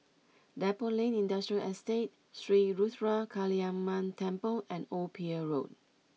Depot Lane Industrial Estate Sri Ruthra Kaliamman Temple and Old Pier Road